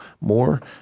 more